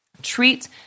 Treat